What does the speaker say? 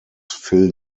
fill